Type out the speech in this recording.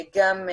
גם,